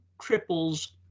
triples